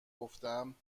گفتهام